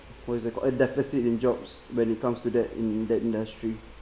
what is it called a deficit in jobs when it comes to that in that industry